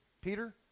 Peter